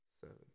Seven